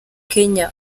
kenya